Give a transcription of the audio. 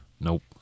Nope